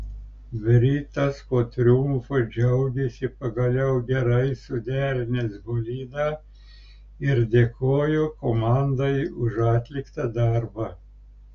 britas po triumfo džiaugėsi pagaliau gerai suderinęs bolidą ir dėkojo komandai už atliktą darbą